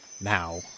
Now